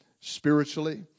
spiritually